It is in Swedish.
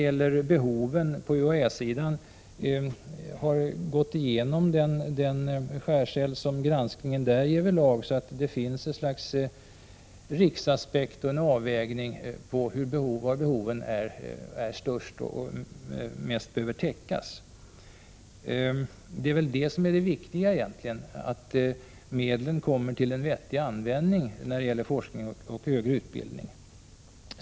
På UHÄ-sidan har det också skett en granskning, så det finns något slags riksaspekt och en avvägning av var behoven är störst och mest behöver täckas. Det viktiga är väl egentligen att medlen kommer till en vettig användning när det gäller forskning och högre utbildning.